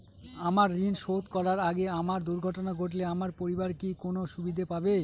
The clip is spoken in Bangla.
আমার ঋণ শোধ করার আগে আমার দুর্ঘটনা ঘটলে আমার পরিবার কি কোনো সুবিধে পাবে?